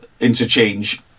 Interchange